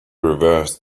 reversed